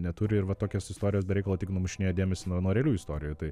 neturi ir va tokios istorijos be reikalo tik numušinėja dėmesį nuo nuo realių istorijų tai